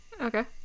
Okay